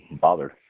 bothered